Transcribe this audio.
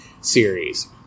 series